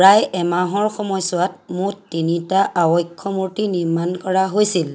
প্ৰায় এমাহৰ সময়ছোৱাত মুঠ তিনিটা আবক্ষমূৰ্তি নিৰ্মাণ কৰা হৈছিল